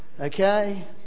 Okay